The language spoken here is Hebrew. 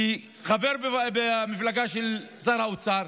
כחבר במפלגה של שר האוצר: